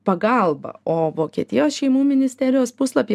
pagalba o vokietijos šeimų ministerijos puslapy